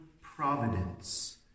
providence